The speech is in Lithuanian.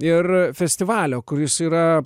ir festivalio kuris yra